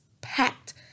packed